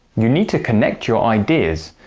you need to connect your ideas,